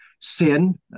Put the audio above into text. sin